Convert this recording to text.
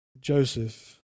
Joseph